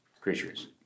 creatures